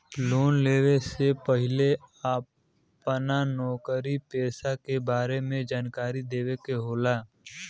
Loan लेवे से पहिले अपना नौकरी पेसा के बारे मे जानकारी देवे के होला?